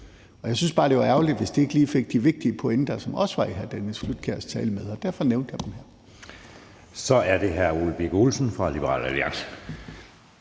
Og jeg syntes bare, det var ærgerligt, hvis de ikke lige fik de vigtige pointer, som også var i hr. Dennis Flydtkjærs tale, med, og derfor nævnte jeg dem her. Kl. 16:57 Anden næstformand